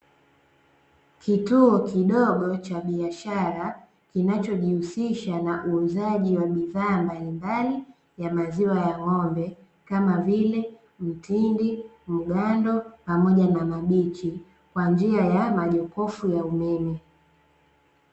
Kituo kidogo cha biashara kinachojihusisha na uuzaji wa bidhaa mbalimbali ya maziwa ya ng'ombe kama vile mtindi mgando pamoja na mabichi kwa njia ya majokofu ya umeme.